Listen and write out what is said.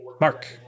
mark